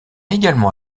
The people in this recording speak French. également